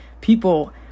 people